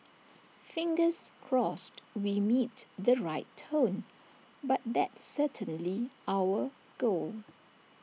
fingers crossed we meet the right tone but that's certainly our goal